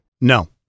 No